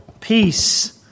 peace